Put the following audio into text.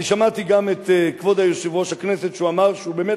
אני שמעתי גם את כבוד יושב-ראש הכנסת שאמר שהוא באמת